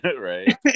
right